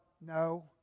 No